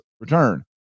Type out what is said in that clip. return